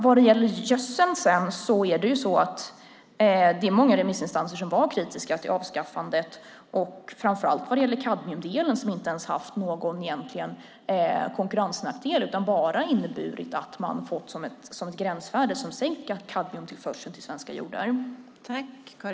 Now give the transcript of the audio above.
Vad det sedan gäller gödsel var det många remissinstanser som var kritiska till avskaffandet framför allt vad gäller kadmiumdelen, som inte haft någon egentlig konkurrensnackdel utan bara inneburit att man fått ett gränsvärde som sänker kadmiumtillförseln till svenska jordar.